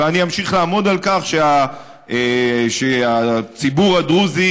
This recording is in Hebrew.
ואני אמשיך לעמוד על כך שהציבור הדרוזי